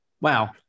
Wow